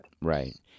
Right